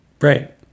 right